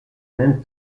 même